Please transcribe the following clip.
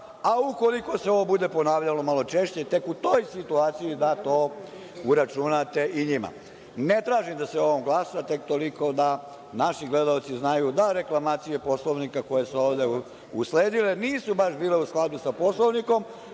a ukoliko se ovo bude ponavljalo malo češće, tek u toj situaciji da to uračunate i njima. Ne tražim da se o ovom glasa, tek toliko da naši gledaoci znaju da reklamacije Poslovnika koje su ovde usledile nisu baš bile u skladu sa Poslovnikom,